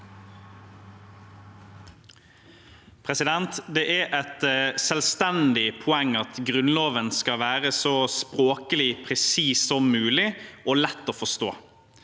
Det er et selvstendig poeng at Grunnloven skal være så språklig presis som mulig og lett å forstå.